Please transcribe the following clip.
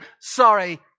Sorry